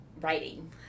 writing